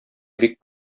бик